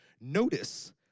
Notice